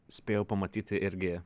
spėjau pamatyti irgi